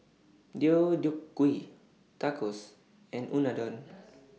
Deodeok Gui Tacos and Unadon